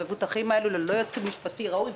המבוטחים האלה באים ללא ייצוג משפטי ראוי,